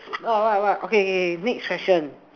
right right right okay okay next question